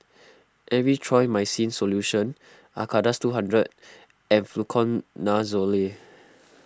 Erythroymycin Solution Acardust two hundred and Fluconazole